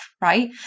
right